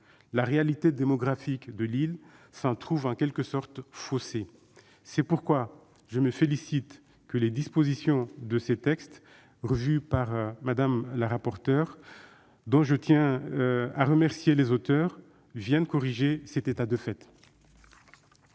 La réalité démographique de l'île s'en trouve en quelque sorte faussée. Je me félicite que les dispositions de cette proposition de loi, dont je tiens à remercier les auteurs, viennent corriger cet état de fait.